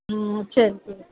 ம் சரி சரி